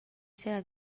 seva